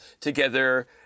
together